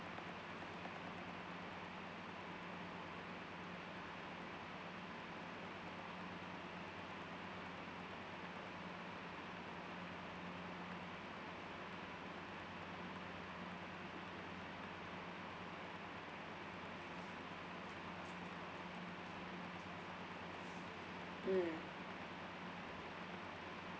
mm